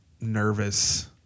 nervous